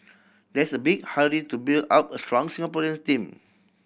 there's a big hurry to build up a strong Singaporeans team